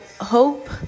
hope